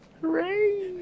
Hooray